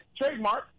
trademark